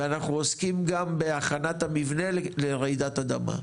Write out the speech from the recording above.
ואנחנו עוסקים גם בהכנת המבנה לרעידת אדמה,